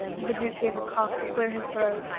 the duke gave a cough to clear his throat.